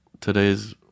today's